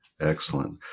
Excellent